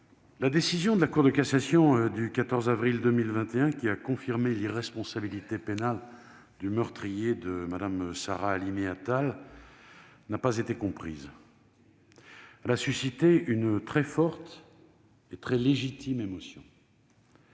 la décision de la Cour de cassation du 14 avril 2021, qui a confirmé l'irresponsabilité pénale du meurtrier de Mme Sarah Halimi-Attal, n'a pas été comprise. Elle a suscité une très forte et très légitime émotion.